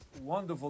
wonderful